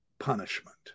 punishment